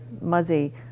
Muzzy